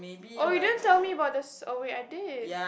oh you didn't tell me about this oh wait I did